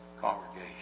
congregation